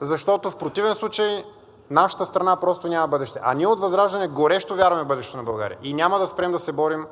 защото в противен случай нашата страна просто няма бъдеще. А ние от ВЪЗРАЖДАНЕ горещо вярваме в бъдещето на България и няма да спрем да се борим